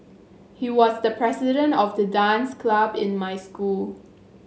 he was the president of the dance club in my school